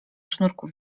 sznurków